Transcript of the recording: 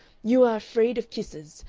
you are afraid of kisses.